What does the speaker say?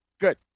Good